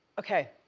okay,